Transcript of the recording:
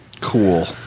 Cool